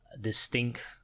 distinct